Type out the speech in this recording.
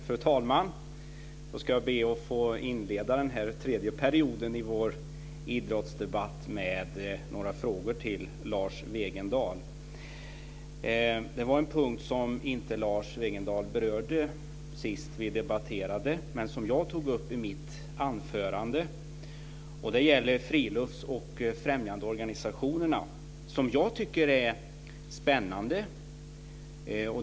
Fru talman! Då ska jag be att få inleda den tredje perioden i vår idrottsdebatt med några frågor till Lars Det var en punkt som Lars Wegendal inte berörde sist vi debatterade men som jag tog upp i mitt anförande. Det gäller detta med frilufts och främjandeorganisationerna, som jag tycker är spännande.